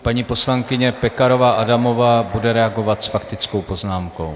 Paní poslankyně Pekarová Adamová bude reagovat s faktickou poznámkou.